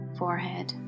forehead